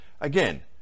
again